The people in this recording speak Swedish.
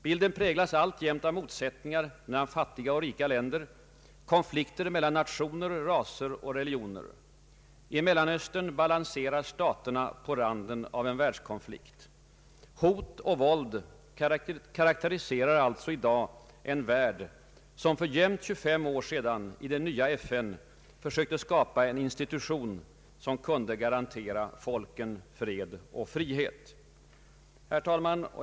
Bilden präglas alltjämt av motsättningar mellan fattiga och rika länder, konflikter mellan nationer, raser och religioner. I Mellanöstern balanserar staterna på randen av en världskonflikt. Hot och våld karakteriserar alltså i dag en värld, som för jämnt 25 år sedan i det nya FN försökte skapa en institution som kunde garantera folken fred och frihet. Herr talman!